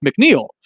McNeil